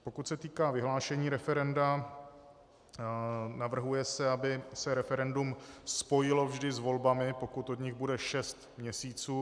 Pokud se týká vyhlášení referenda, navrhuje se, aby se referendum spojilo vždy s volbami, pokud od nich bude šest měsíců.